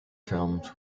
films